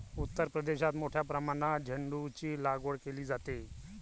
उत्तर प्रदेशात मोठ्या प्रमाणात झेंडूचीलागवड केली जाते